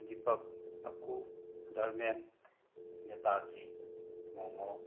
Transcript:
ꯗꯤꯄꯛ ꯑꯀꯨ ꯗꯔꯃꯦꯟ ꯅꯦꯇꯥꯖꯤ ꯉꯣꯡꯉꯣ